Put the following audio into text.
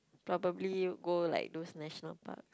probably go like those National Park